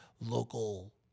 local